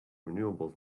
renewables